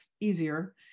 easier